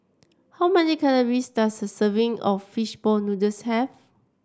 how many calories does a serving of fish ball noodles have